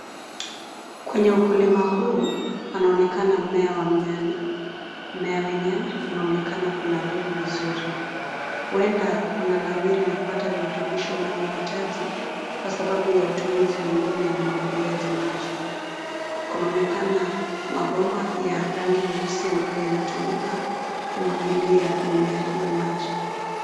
Kwenye ukulima huu, panaonekana mmea wa mnyanya. Mmmea wenyewe unaonekana kunawiri vizuri. Huenda kuna nawiri na kupata virutubisho unavyohitaji, kwa sababu ya utumizi wa mbinu ya umwagiliaji maji. Kunaonekana mabomba ya rangi nyeusi ambayo yanatumika, kumwagilia mimea hiyo maji.